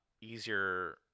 easier